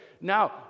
now